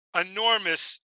enormous